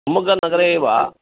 शिमोग्गानगरे एव